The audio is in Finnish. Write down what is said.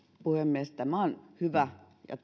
puhemies tämä on hyvä ja